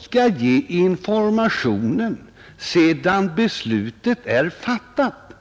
skall ge informationen först sedan beslutet är fattat.